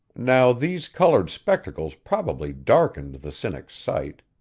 now these colored spectacles probably darkened the cynic's sight,